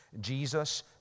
Jesus